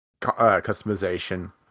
customization